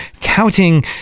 touting